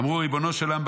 אמרו: ריבונו של עולם,